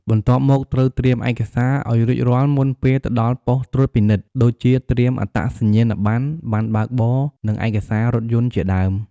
បន្ទាប់មកត្រូវត្រៀមឯកសារឲ្យរួចរាល់មុនពេលទៅដល់ប៉ុស្តិ៍ត្រួតពិនិត្យ ដូចជា ត្រៀមអត្តសញ្ញាណប័ណ្ណ បណ្ណបើកបរ និងឯកសាររថយន្ត ជាដើម។